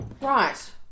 Right